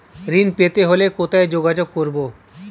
ঋণ পেতে হলে কোথায় যোগাযোগ করব?